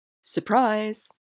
Surprise